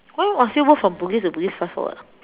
why must you walk from Bugis to Bugis Plus for what